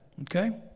Okay